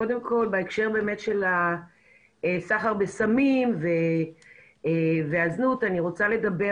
קודם כל בהקשר של הסחר בסמים והזנות אני רוצה לדבר